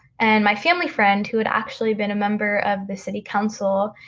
and my family friend, who had actually been a member of the city council,